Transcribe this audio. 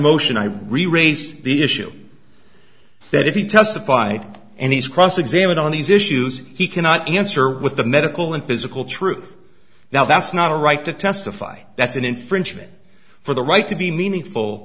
motion i re raise the issue that if he testified and he's cross examined on these issues he cannot answer with the medical and physical truth now that's not a right to testify that's an infringement for the right to be meaningful